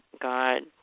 god